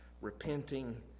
repenting